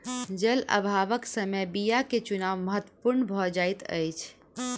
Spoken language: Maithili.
जल अभावक समय बीयाक चुनाव महत्पूर्ण भ जाइत अछि